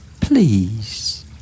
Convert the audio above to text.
Please